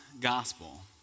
Gospel